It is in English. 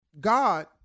God